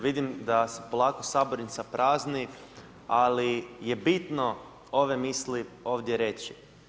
Vidim da se polako sabornica prazni, ali je bitno ove misle ovdje reći.